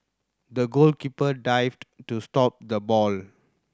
the goalkeeper dived to stop the ball